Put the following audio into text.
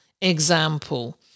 example